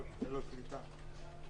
אה, הוא